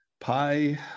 Pi